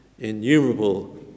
innumerable